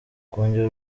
kongera